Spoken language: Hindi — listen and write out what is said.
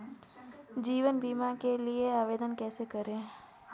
जीवन बीमा के लिए आवेदन कैसे करें?